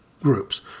groups